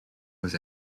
was